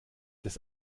des